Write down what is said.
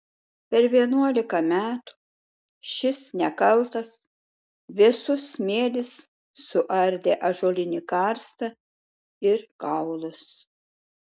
per vienuolika metų šis nekaltas vėsus smėlis suardė ąžuolinį karstą ir kaulus